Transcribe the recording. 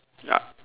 ya